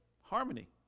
harmony